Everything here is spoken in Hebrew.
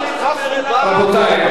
חבר הכנסת הורוביץ, שלטון החוק.